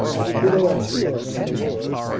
he had been on a tour around the world,